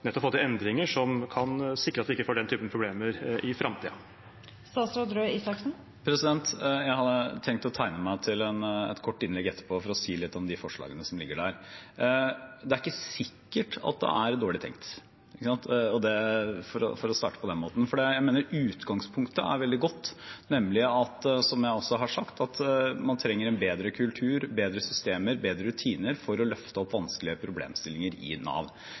nettopp å få til endringer som kan sikre at vi ikke får den typen problemer i framtiden? Jeg har tenkt å tegne meg til et kort innlegg etterpå for å si litt om de forslagene som ligger der. Det er ikke sikkert at det er dårlig tenkt, for å starte på den måten, for jeg mener utgangspunktet er veldig godt, nemlig – som jeg også har sagt – at man trenger en bedre kultur, bedre systemer, bedre rutiner for å løfte opp vanskelige problemstillinger i Nav.